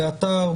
באתר,